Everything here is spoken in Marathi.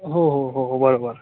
हो हो हो हो बरोबर